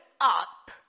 up